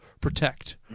protect